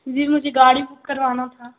جی مجھے گاڑی بک کروانا تھا